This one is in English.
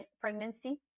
pregnancy